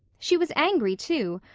she was angry, too,